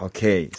Okay